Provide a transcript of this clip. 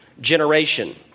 generation